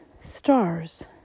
stars